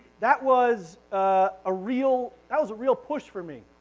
that was a real that was a real push for me